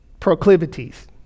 proclivities